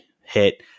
hit